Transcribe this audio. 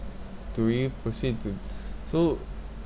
do we proceed to so